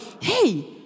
Hey